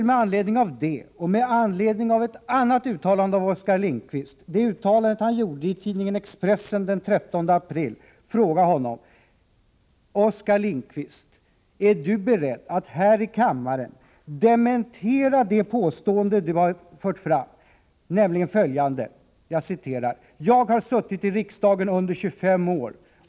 Med anledning av detta och med anledning av ett annat uttalande av Oskar Lindkvist, som han gjorde i tidningen Expressen den 13 april, vill jag fråga: Är Oskar Lindkvist beredd att här i kammaren dementera följande: ”Jag har suttit i riksdagen under 25 år.